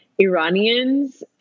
Iranians